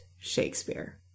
Shakespeare